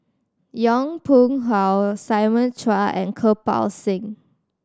Yong Pung How Simon Chua and Kirpal Singh